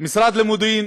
המשרד למודיעין,